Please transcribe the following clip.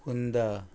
कुंदा